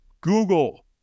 Google